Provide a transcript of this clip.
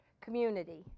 community